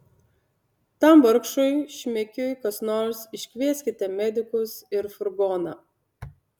tam vargšui šmikiui kas nors iškvieskite medikus ir furgoną